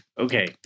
okay